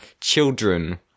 Children